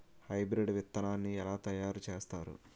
Hybrid విత్తనాన్ని ఏలా తయారు చేస్తారు?